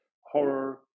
Horror